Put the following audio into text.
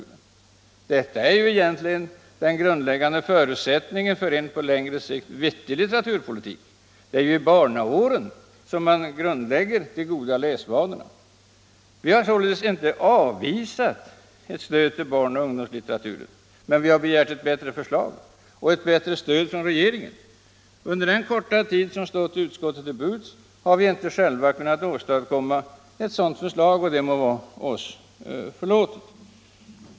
Detta är egentligen den grundläggande förutsättningen för en på längre sikt vettig litteraturpolitik. Det är ju i barnaåren som man grundlägger de goda läsvanorna. Vi har således inte avvisat ett stöd till barnoch ungdomslitteratur, men vi har begärt ett bättre förslag och ett bättre stöd från regeringen. Under den korta tid som stått utskottet till buds har vi inte själva kunnat åstadkomma ett sådant förslag, och det må vara oss förlåtet.